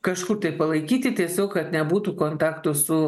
kažkur tai palaikyti tiesiog kad nebūtų kontakto su